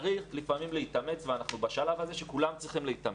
צריך לפעמים להתאמץ ואנחנו בשלב הזה שכולם צריכים להתאמץ,